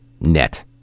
net